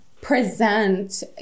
present